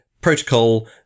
protocol